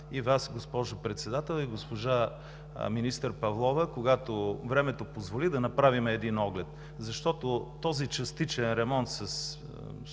и Вас, госпожо Председател, и госпожа министър Павлова, когато времето позволи, да направим оглед. Защото този частичен ремонт